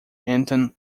anton